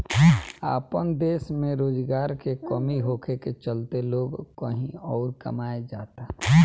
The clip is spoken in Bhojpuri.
आपन देश में रोजगार के कमी होखे के चलते लोग कही अउर कमाए जाता